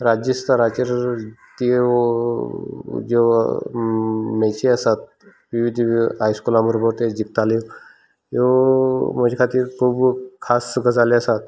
राज्यस्थराचेर त्यो ज्यो मॅची आसात त्यो हायस्कुलां बरोबर तें जिंखताले ह्यो म्हजे खातीर खूब खास गजाली आसात